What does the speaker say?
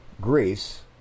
Greece